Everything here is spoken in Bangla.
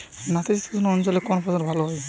নাতিশীতোষ্ণ অঞ্চলে কোন ফসল ভালো হয়?